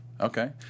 Okay